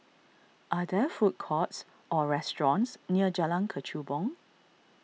are there food courts or restaurants near Jalan Kechubong